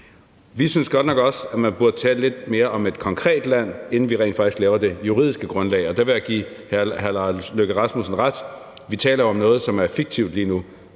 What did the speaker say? Vi synes godt nok også, at man burde tale lidt mere om et konkret land, inden vi rent faktisk laver det juridiske grundlag, og der vil jeg give hr. Lars Løkke Rasmussen ret. Vi taler jo om noget, som er fiktivt lige nu.